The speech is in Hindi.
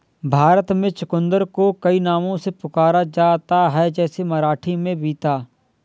भारत में चुकंदर को कई नामों से पुकारा जाता है जैसे मराठी में बीता